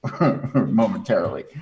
momentarily